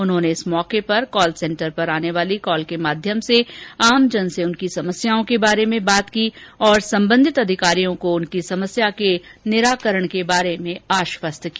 उन्होंने इस अवसर पर कॉल सेंटर पर आने वाली कॉल के माध्यम से आमजन से उनकी समस्याओं के बारे में बात की और संबंधित अधिकारियों को उनकी समस्या के निराकरण के बारे में आश्वस्त किया